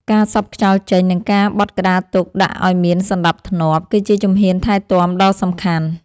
ការសប់ខ្យល់ចេញ និងការបត់ក្តារទុកដាក់ឱ្យមានសណ្ដាប់ធ្នាប់ គឺជាជំហានថែទាំដ៏សំខាន់។